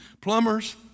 plumbers